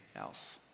else